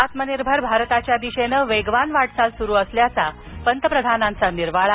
आत्मनिर्भर भारताच्या दिशेन वेगवान वाटचाल सुरू असल्याचा पंतप्रधानांचा निर्वाळा